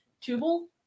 Tubal